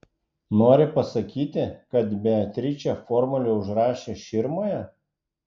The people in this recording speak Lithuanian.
nori pasakyti kad beatričė formulę užrašė širmoje